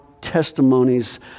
testimonies